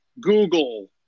google